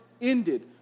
ended